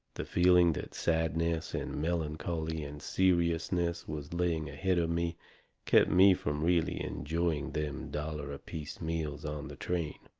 the feeling that sadness and melancholy and seriousness was laying ahead of me kept me from really enjoying them dollar-apiece meals on the train.